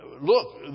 look